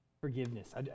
forgiveness